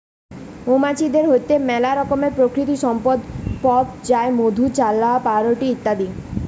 মৌমাছিদের হইতে মেলা রকমের প্রাকৃতিক সম্পদ পথ যায় মধু, চাল্লাহ, পাউরুটি ইত্যাদি